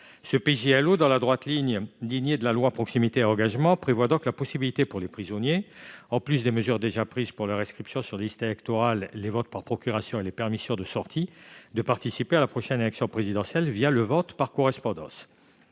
organique, dans la droite ligne de la loi Engagement et proximité, prévoit la possibilité pour les prisonniers, en plus des mesures déjà prises pour leur inscription sur les listes électorales, les votes par procuration et les permissions de sortie, de participer à la prochaine élection présidentielle le vote par correspondance.